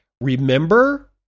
Remember